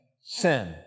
sin